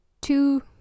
two